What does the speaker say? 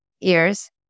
ears